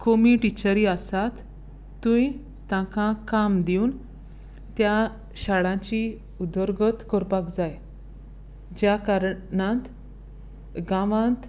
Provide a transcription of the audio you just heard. कमी टिचेरी आसात थूंय तांकां काम दिवून त्या शाळांची उदरगत करपाक जाय ज्या कारणान गांवांत